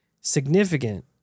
significant